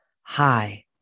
Hi